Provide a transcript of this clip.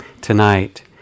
tonight